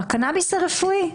הקנאביס הרפואי,